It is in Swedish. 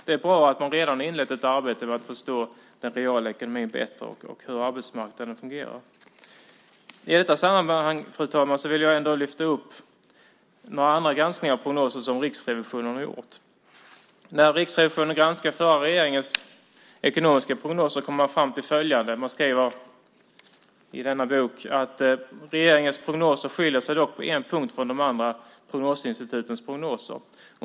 Det är bra att man redan har inlett ett arbete med att bättre förstå hur den reala ekonomin och arbetsmarknaden fungerar. Fru talman! I detta sammanhang vill jag lyfta upp några andra granskningar av prognoser som Riksrevisionen har gjort. När Riksrevisionen granskade den förra regeringens ekonomiska prognoser kom man fram till följande: Regeringens prognoser skiljer sig dock på en punkt från de andra prognosinstitutens prognoser.